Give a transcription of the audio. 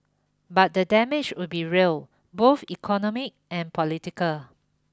but the damage would be real both economic and political